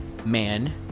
man